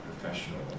professional